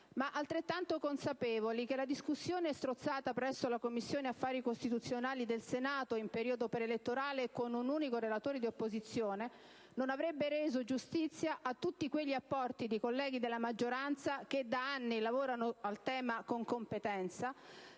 ma altrettanto consapevoli che la discussione strozzata presso la Commissione affari costituzionali del Senato, in periodo preelettorale e con un unico relatore di opposizione, non avrebbe reso giustizia a tutti quegli apporti di colleghi della maggioranza che da anni lavorano al tema con competenza,